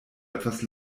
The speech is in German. etwas